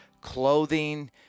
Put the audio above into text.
clothing